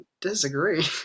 Disagree